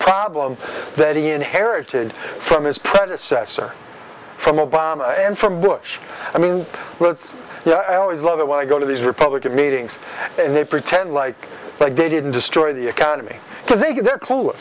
problem that he inherited from his predecessor from obama and from bush i mean well it's always love it when i go to these republican meetings and they pretend like like they didn't destroy the economy i think they're c